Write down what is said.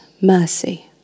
mercy